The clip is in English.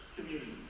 community